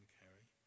carry